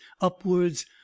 upwards